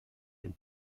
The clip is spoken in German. den